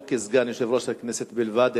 לא כסגן יושב-ראש הכנסת בלבד,